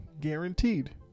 guaranteed